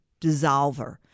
dissolver